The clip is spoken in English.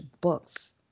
books